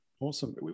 Awesome